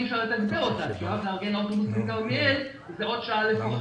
אי אפשר לתגבר אותה כי להביא עוד אוטובוס מכרמיאל ייקח עוד שעה לפחות.